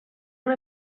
una